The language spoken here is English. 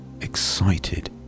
excited